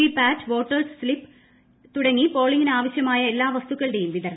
V PAT voters slip തുടങ്ങി പോളിംഗിന് ആവശ്യമായ എല്ലാ വസ്തുക്കളുടേയും വിതരണം